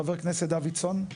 חבר הכנסת דוידסון,